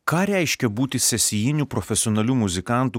ką reiškia būti sesijiniu profesionaliu muzikantu